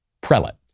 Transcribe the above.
prelate